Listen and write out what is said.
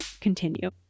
continue